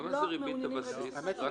כמה זה ריבית הבסיס?